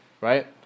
Right